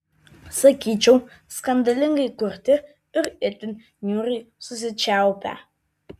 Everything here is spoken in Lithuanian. sakyčiau skandalingai kurti ir itin niūriai susičiaupę